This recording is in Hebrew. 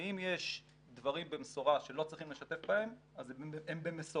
אם יש דברים במשורה שלא צריכים לשתף בהם אז הם במשורה.